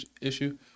issue